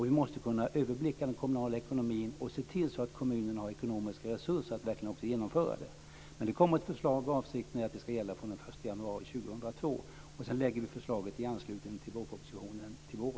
Vi måste kunna överblicka den kommunala ekonomin och se till att kommunerna har ekonomiska resurser att verkligen genomföra det. Det kommer ett förslag. Avsikten är att det ska gälla från den 1 januari år 2002. Förslaget läggs fram i anslutning till vårpropositionen i vår.